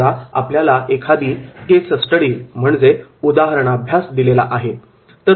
समजा आपल्याला एखादी केसस्टडी case study उदाहरणाभ्यास दिलेली आहे